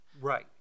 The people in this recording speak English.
Right